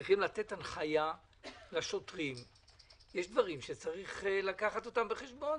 צריכים לתת הנחיה לשוטרים שיש דברים שצריך לקחת בחשבון,